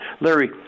Larry